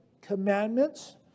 commandments